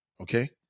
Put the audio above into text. Okay